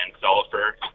sulfur